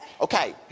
Okay